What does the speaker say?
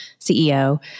CEO